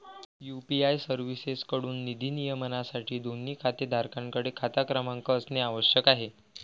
UPI सर्व्हिसेसएकडून निधी नियमनासाठी, दोन्ही खातेधारकांकडे खाता क्रमांक असणे आवश्यक आहे